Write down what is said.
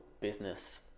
business